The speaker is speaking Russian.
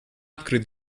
открыт